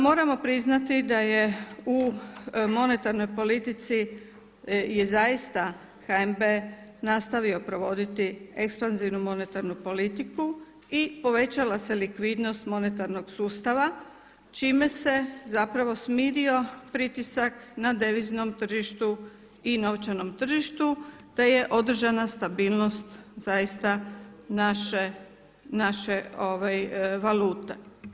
Moramo priznati da je u monetarnoj politici je zaista HNB nastavio provoditi ekspanzivnu monetarnu politiku i povećala se likvidnost monetarnog sustava čime se zapravo smirio pritisak na deviznom tržištu i novčanom tržištu te je održana stabilnost zaista naše valute.